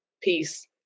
Peace